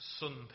sun